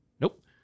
Nope